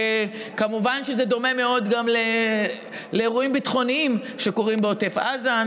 וכמובן שזה דומה מאוד גם לאירועים ביטחוניים שקורים בעוטף עזה,